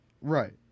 Right